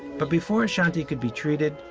but before ashanthi could be treated,